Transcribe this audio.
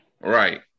Right